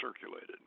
circulated